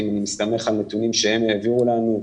אם נסתמך על נתונים שהם העבירו לנו.